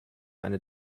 eine